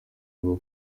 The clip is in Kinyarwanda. rwo